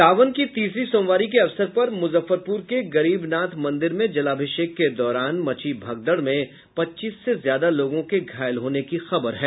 सावन की तीसरी सोमवारी के अवसर पर मूजफ्फरपूर के गरीबनाथ मंदिर में जलाभिषेक के दौरान मची भगदड़ में पच्चीस से ज्यादा लोगों के घायल होने की खबर है